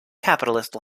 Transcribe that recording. capitalist